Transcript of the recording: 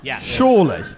surely